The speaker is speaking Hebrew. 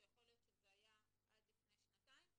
או שיכול להיות שזה היה עד לפני שנתיים,